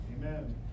Amen